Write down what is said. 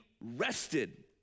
rested